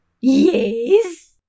Yes